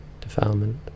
defilement